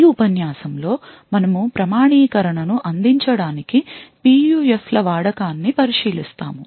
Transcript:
ఈ ఉపన్యాసంలో మనము ప్రామాణీకరణను అందించడానికి PUF ల వాడకాన్ని పరిశీలిస్తాము